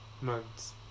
Months